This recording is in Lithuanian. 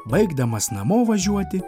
baigdamas namo važiuoti